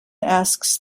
asks